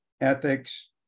ethics